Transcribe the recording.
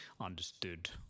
understood